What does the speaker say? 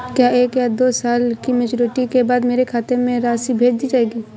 क्या एक या दो साल की मैच्योरिटी के बाद मेरे खाते में राशि भेज दी जाएगी?